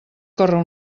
córrer